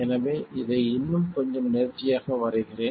எனவே இதை இன்னும் கொஞ்சம் நேர்த்தியாக வரைகிறேன்